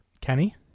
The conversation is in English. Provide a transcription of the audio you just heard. Kenny